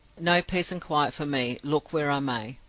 no peace and quiet for me, look where i may.